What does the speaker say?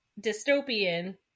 dystopian